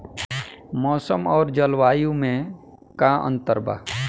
मौसम और जलवायु में का अंतर बा?